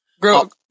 girl